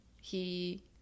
He-